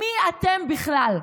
מי אתם בכלל?